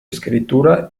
escritura